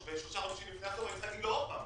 שלושה חודשים לפני הסוף אני צריך לומר לו שוב.